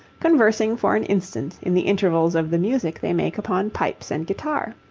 conversing for an instant in the intervals of the music they make upon pipes and guitar.